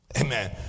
Amen